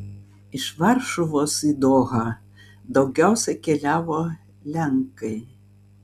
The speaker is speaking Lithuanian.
iš varšuvos į dohą daugiausiai keliavo lenkai